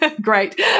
great